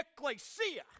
ecclesia